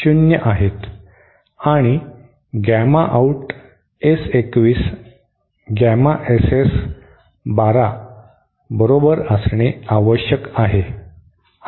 आणि gamma out S 2 1 gamma S S 1 2 बरोबर असणे आवश्यक आहे